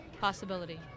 possibility